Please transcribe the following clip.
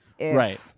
Right